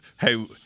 hey